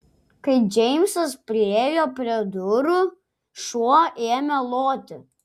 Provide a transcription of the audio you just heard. kai džeimsas priėjo prie durų šuo ėmė loti